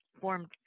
formed